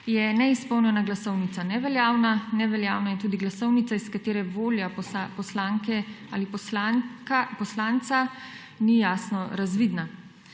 je neizpolnjena glasovnica neveljavna, neveljavna je tudi glasovnica iz katere volja poslanke ali poslanca ni jasno razvidna.